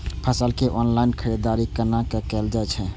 फसल के ऑनलाइन खरीददारी केना कायल जाय छै?